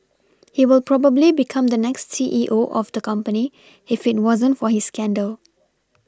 he will probably become the next C E O of the company if it wasn't for his scandal